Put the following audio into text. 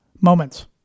moments